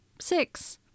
Six